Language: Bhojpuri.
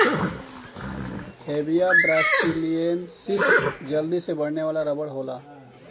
हेविया ब्रासिलिएन्सिस जल्दी से बढ़े वाला रबर होला